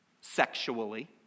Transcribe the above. sexually